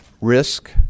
risk